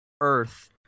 Earth